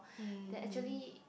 that actually